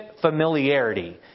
familiarity